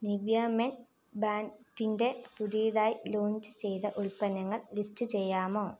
Nivea Men ബ്രാൻഡിൻ്റെ പുതുതായി launch ചെയ്ത ഉൽപ്പന്നങ്ങൾ ലിസ്റ്റ് ചെയ്യാമോ